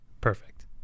perfect